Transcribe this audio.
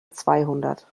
zweihundert